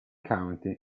county